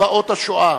לזוועות השואה,